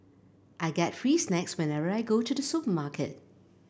I get free snacks whenever I go to the supermarket